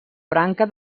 branca